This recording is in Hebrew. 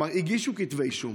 הגישו כתבי אישום,